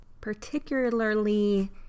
particularly